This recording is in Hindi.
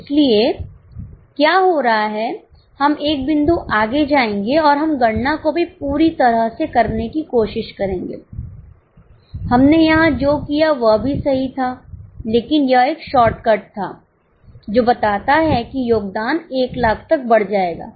इसलिए क्या हो रहा है हम एक बिंदु आगे जाएंगे और हम गणना को भी पूरी तरह से करने की कोशिश करेंगे हमने यहां जो किया वह भी सही था लेकिन यह एक शॉर्टकट था जो बताता है कि योगदान 100000 तक बढ़ जाएगा